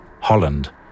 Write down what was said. Holland